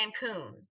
Cancun